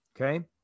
Okay